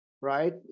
right